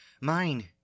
Mine